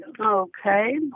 Okay